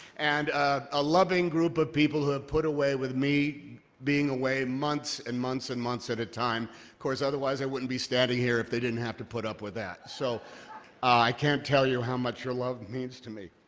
and a loving group of people who have put away with me being away months and months and months at a time. of course, otherwise, i wouldn't be standing here if they didn't have to put up with that. so i can't tell you how much your love means to me.